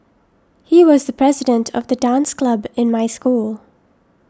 he was the president of the dance club in my school